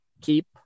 Keep